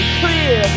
clear